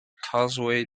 causeway